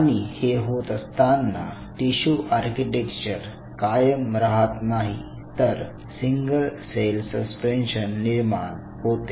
आणि हे होत असताना टिशू आर्किटेक्चर कायम राहत नाही तर सिंगल सेल सस्पेन्शन निर्माण होते